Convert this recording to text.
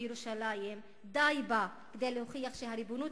בירושלים די בה כדי להוכיח שהריבונות